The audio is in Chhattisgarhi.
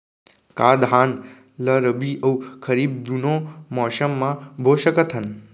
का धान ला रबि अऊ खरीफ दूनो मौसम मा बो सकत हन?